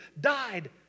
died